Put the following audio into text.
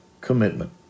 commitment